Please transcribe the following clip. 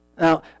Now